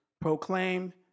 proclaim